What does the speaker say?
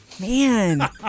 Man